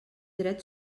dret